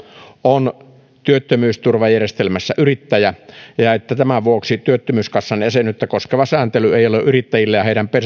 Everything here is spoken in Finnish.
on työttömyysturvajärjestelmässä yrittäjä ja ja että tämän vuoksi työttömyyskassan jäsenyyttä koskeva sääntely ei ole yrittäjillä ja heidän